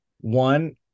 One